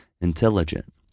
intelligent